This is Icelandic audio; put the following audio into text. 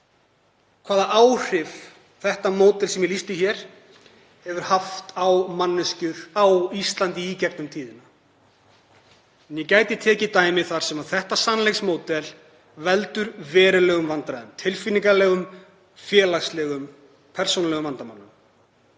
hvaða áhrif þetta módel, sem ég lýsti hér, hefur haft á manneskjur á Íslandi í gegnum tíðina. Ég gæti tekið dæmi þar sem þetta sannleiksmódel veldur verulegum vandræðum, tilfinningalegum, félagslegum og persónulegum vandamálum.